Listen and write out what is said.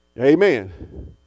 Amen